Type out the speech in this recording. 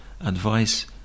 advice